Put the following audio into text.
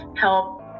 help